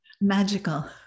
Magical